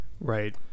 right